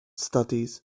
studies